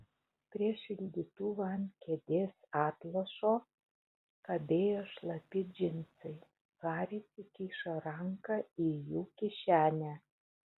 prie šildytuvo ant kėdės atlošo kabėjo šlapi džinsai haris įkišo ranką į jų kišenę